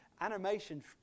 animation